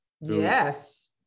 Yes